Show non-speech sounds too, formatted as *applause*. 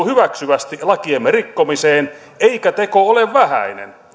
*unintelligible* hyväksyvästi lakiemme rikkomiseen eikä teko ole vähäinen